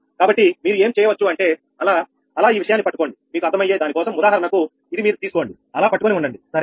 కాబట్టి మీరు ఏం చేయొచ్చు అంటే అలా అలా ఈ విషయాన్ని పట్టుకోండి మీకు అర్థమయ్యే దానికోసం ఉదాహరణకు ఇది మీరు తీసుకోండి అలా పట్టుకొని ఉండండి సరేనా